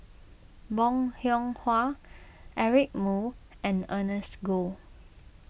Bong Hiong Hwa Eric Moo and Ernest Goh